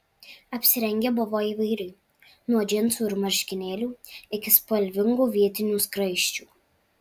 apsirengę buvo įvairiai nuo džinsų ir marškinėlių iki spalvingų vietinių skraisčių